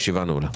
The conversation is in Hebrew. הישיבה נעולה.